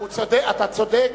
אתה צודק.